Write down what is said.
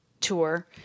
tour